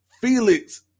Felix